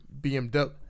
BMW